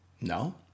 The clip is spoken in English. No